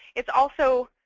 it's also,